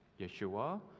Yeshua